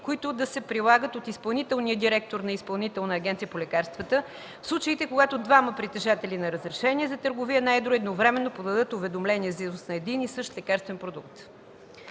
които да се прилагат от изпълнителния директор на Изпълнителната агенция по лекарствата в случаите, когато двама притежатели на разрешение за търговия на едро едновременно подадат уведомление за износ на един и същ лекарствен продукт.